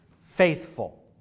faithful